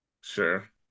Sure